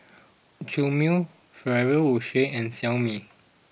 Chomel Ferrero Rocher and Xiaomi